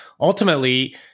ultimately